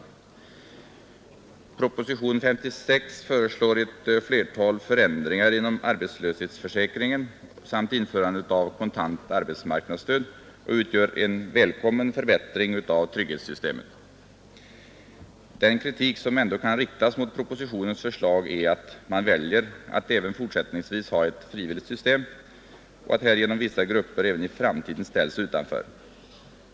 Propositionen 56 föreslår ett flertal förändringar inom arbetslöshetsförsäkringen samt införande av kontant arbetsmarknadsstöd och utgör en välkommen förbättring av trygghetssystemet. Den kritik som ändock kan riktas mot propositionens förslag är att man väljer att även fortsättningsvis ha ett frivilligt system och att härigenom vissa grupper även i framtiden ställs utanför.